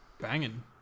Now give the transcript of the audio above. Banging